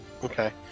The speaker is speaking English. Okay